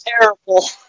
terrible